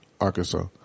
Arkansas